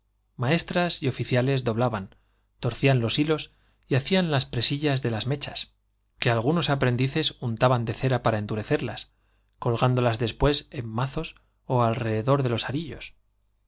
maestras y oficialas doblaban torcían los hilos y hacían las presillas de las mechas que algunos aprendices untaban de cera para endurecerlas col gándolas después en mazos ó alrededor de los ari